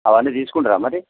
అవన్నీ తీసుకుంటారా మరి